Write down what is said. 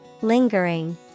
Lingering